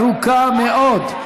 ארוכה מאוד.